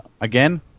again